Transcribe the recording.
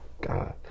God